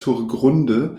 surgrunde